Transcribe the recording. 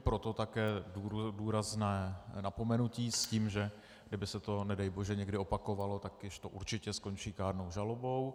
Proto také důrazné napomenutí s tím, že kdyby se to nedej bože někdy opakovalo, tak již to určitě skončí kárnou žalobou.